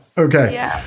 Okay